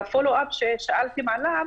והפולו-אפ ששאלתם עליו,